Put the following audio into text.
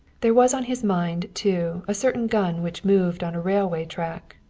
there was on his mind, too, a certain gun which moved on a railway track,